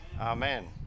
Amen